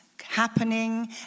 happening